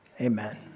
Amen